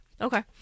Okay